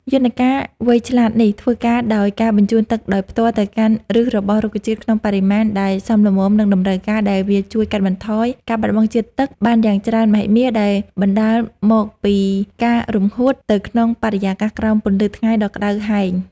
យន្តការវៃឆ្លាតនេះធ្វើការដោយការបញ្ជូនទឹកដោយផ្ទាល់ទៅកាន់ឫសរបស់រុក្ខជាតិក្នុងបរិមាណដែលសមល្មមនឹងតម្រូវការ ដែលវាជួយកាត់បន្ថយការបាត់បង់ជាតិទឹកបានយ៉ាងច្រើនមហិមាដែលបណ្ដាលមកពីការរំហួតទៅក្នុងបរិយាកាសក្រោមពន្លឺថ្ងៃដ៏ក្ដៅហែង។